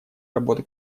работы